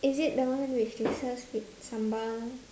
is it the one which they sell with sambal